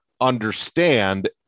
understand